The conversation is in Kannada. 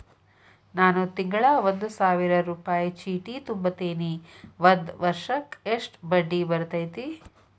ನಾನು ತಿಂಗಳಾ ಒಂದು ಸಾವಿರ ರೂಪಾಯಿ ಚೇಟಿ ತುಂಬತೇನಿ ಒಂದ್ ವರ್ಷಕ್ ಎಷ್ಟ ಬಡ್ಡಿ ಬರತೈತಿ?